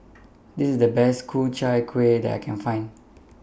This IS The Best Ku Chai Kuih that I Can Find